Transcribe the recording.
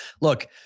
look